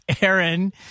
Aaron